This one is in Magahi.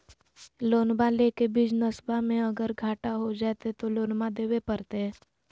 लोनमा लेके बिजनसबा मे अगर घाटा हो जयते तो लोनमा देवे परते?